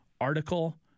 article